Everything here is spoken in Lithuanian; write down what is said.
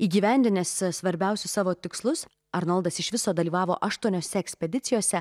įgyvendinęs svarbiausius savo tikslus arnoldas iš viso dalyvavo aštuoniose ekspedicijose